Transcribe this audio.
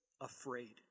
afraid